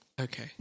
Okay